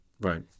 Right